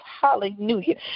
hallelujah